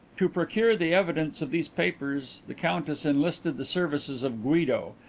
to procure the evidence of these papers the countess enlisted the services of guido,